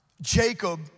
Jacob